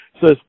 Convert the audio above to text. says